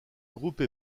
groupe